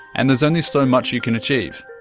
and there's only so much you can achieve.